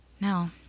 No